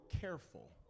careful